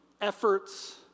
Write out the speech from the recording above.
efforts